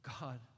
God